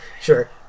Sure